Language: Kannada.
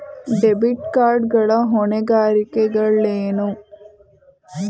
ಡೆಬಿಟ್ ಕಾರ್ಡ್ ಗಳ ಹೊಣೆಗಾರಿಕೆಗಳೇನು?